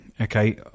Okay